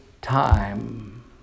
time